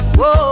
whoa